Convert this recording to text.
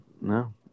No